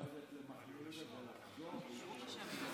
אפשר ללכת למחנה יהודה ולחזור ויישאר זמן.